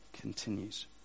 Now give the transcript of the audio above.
continues